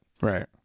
Right